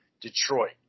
Detroit